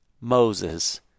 Moses